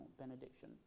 benediction